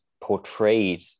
portrayed